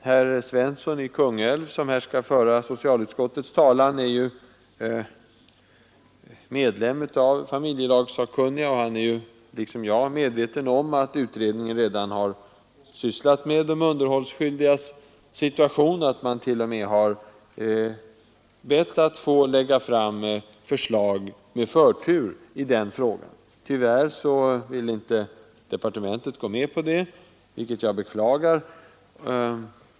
Herr Svensson i Kungälv, som här skall föra socialutskottets talan, är medlem av familjelagssakkunniga, och han är liksom jag medveten om att utredningen redan har sysslat med de underhållsskyldigas situation och t.o.m. har bett att med förtur få lägga fram förslag i den frågan. Tyvärr ville inte departementet gå med på det, vilket jag beklagar.